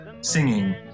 singing